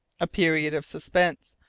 a period of suspense,